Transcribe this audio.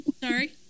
sorry